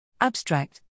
Abstract